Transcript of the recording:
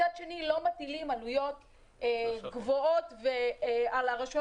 מצד שני לא מטילים עלויות גבוהות על הרשויות